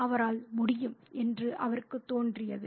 அவரால் முடியும் என்று அவருக்குத் தோன்றியது